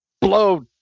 blow